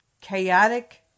chaotic